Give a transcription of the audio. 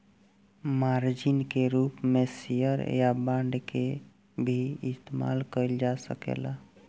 margin के रूप में शेयर या बांड के भी इस्तमाल कईल जा सकेला